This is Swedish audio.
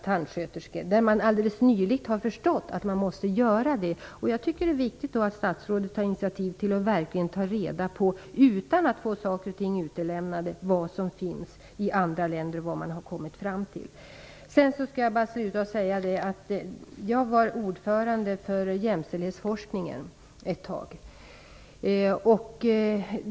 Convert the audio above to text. Man har alldeles nyligen förstått att man måste göra det. Jag tycker att det är viktigt att statsrådet tar initiativ till att verkligen ta reda på hur det är i andra länder och vad man har kommit fram till, utan att saker och ting utelämnas. Jag var ordförande för kommittén för jämställdhetsforskning under en tid.